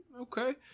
okay